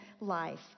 life